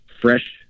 fresh